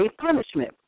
punishment